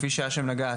כפי שהאשם נגע,